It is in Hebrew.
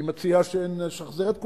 אני מציע שנשחזר את כולם,